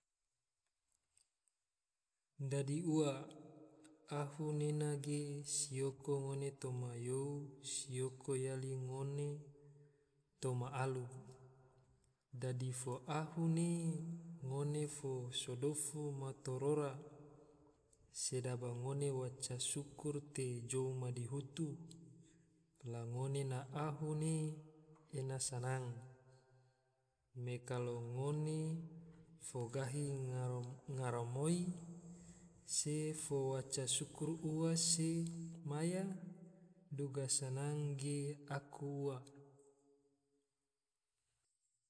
Dadi ua, ahu nena ge siyoko ngone toma you, siyoko yali ngone toma alu, dadi fo ahu ne ngone fo so dofu ma torora, sedaba ngone baca syukur te jou madihutu. la ngone na ahu ne ena sanang, me kalo ngone fo gahi garamoi se fo baca syukur ua se maya duga sanang ge aku ua